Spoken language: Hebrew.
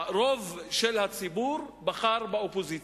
רוב הציבור בחר באופוזיציה.